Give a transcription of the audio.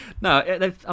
No